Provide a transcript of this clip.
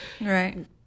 Right